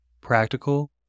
practical